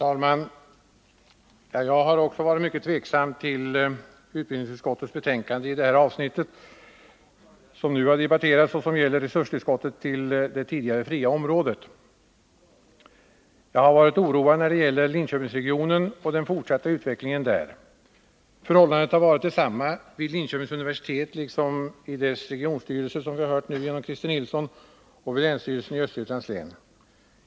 Herr talman! Också jag har varit mycket tveksam till det avsnitt i utbildningsutskottets betänkande som nu debatteras och som gäller resurstillskottet till det tidigare fria området. Jag har varit oroad för Linköpingsregionen och den fortsatta utvecklingen där. Man har känt samma oro vid Linköpings universitet liksom också, som Christer Nilsson nyss berört, i styrelsen för Linköpings högskoleregion och vid länsstyrelsen i Östergötlands län.